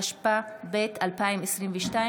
התשפ"ב 2022,